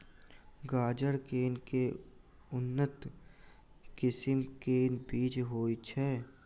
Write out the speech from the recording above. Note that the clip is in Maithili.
गाजर केँ के उन्नत किसिम केँ बीज होइ छैय?